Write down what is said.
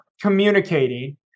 communicating